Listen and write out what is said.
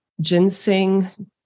Ginseng